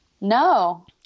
No